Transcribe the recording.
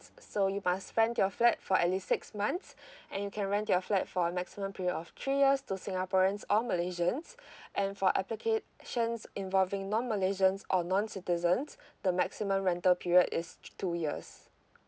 so you must spend your flat for at least six months and you can rent your flat for a maximum period of three years to singaporeans or malaysians and for applications involving non malaysians or non citizens the maximum rental period is two years